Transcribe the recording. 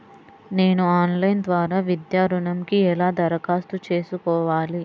నేను ఆన్లైన్ ద్వారా విద్యా ఋణంకి ఎలా దరఖాస్తు చేసుకోవాలి?